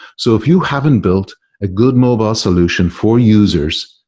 so if you haven't built a good mobile solution for users,